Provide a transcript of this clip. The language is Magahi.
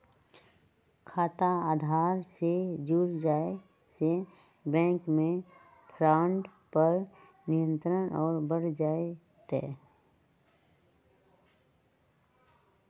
खाता आधार से जुड़ जाये से बैंक मे फ्रॉड पर नियंत्रण और बढ़ जय तय